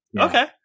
Okay